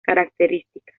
características